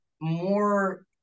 more